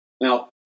Now